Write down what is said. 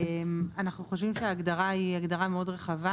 אנחנו חושבים שההגדרה היא הגדרה מאוד רחבה,